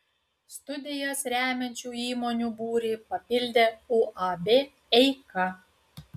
studijas remiančių įmonių būrį papildė uab eika